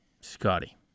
Scotty